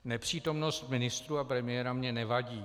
Nepřítomnost ministrů a premiéra mi nevadí.